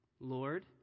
Lord